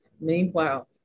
Meanwhile